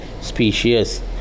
Species